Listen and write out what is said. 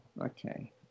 Okay